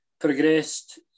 progressed